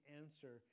answer